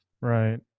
right